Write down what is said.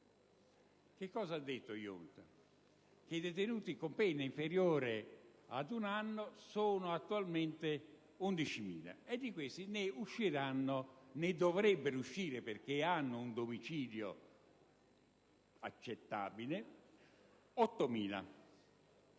il quale ha riferito che i detenuti con pena inferiore ad un anno sono attualmente 11.000 e, di questi, dovrebbero uscirne, in quanto hanno un domicilio accettabile, 8.000.